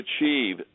achieve